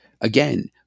again